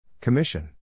Commission